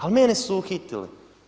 Ali mene su uhitili.